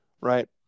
right